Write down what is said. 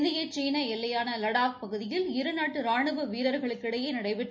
இந்திய சீனா எல்லையான லடாக் பகுதியில் இரு நாட்டு ரானுவ வீரர்களுக்கிடையே நடைபெற்ற